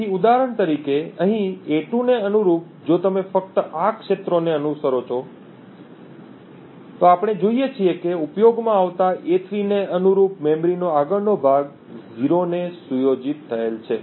તેથી ઉદાહરણ તરીકે અહીં a2 ને અનુરૂપ જો તમે ફક્ત આ ક્ષેત્રોને અનુસરો છો આપણે જોઈએ છીએ કે ઉપયોગમાં આવતા a3 ને અનુરૂપ મેમરીનો આગળનો ભાગ 0 ને સુયોજિત થયેલ છે